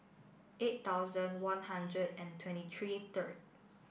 eight thousand one hundred and twenty three third